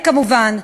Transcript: כמובן,